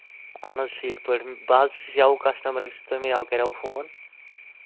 اَہن حظ ٹھیٖک پٲٹھۍ بہٕ حظ چھُس یَوٕ کَسٹٕمَر یُس تٔمۍ یَوٕ کریو فون